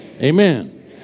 amen